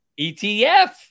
ETF